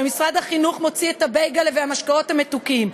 ומשרד החינוך מוציא את הבייגלה והמשקאות המתוקים,